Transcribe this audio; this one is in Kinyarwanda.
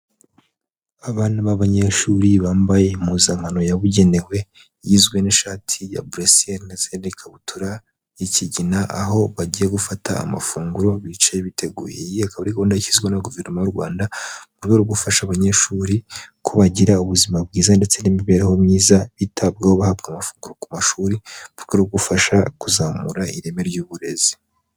Abana b'abanyeshuri bambaye impuzankano yabugenewe, igizwe n'ishati ya buresiyeri ndetse n'ikabutura y'ikigina, aho bagiye gufata amafunguro bicaye biteguye. Iyi ikaba ari gahunda yashyizweho na Guverinoma y'u Rwanda, mu rwego rwo gufasha abanyeshuri ko bagira ubuzima bwiza ndetse n'imibereho myiza, bitabwaho bahabwa amafunguro ku mashuri, mu rwego rwo gufasha kuzamura ireme ry'uburezi.